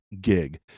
gig